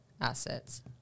assets